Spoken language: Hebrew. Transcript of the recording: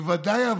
ודאי,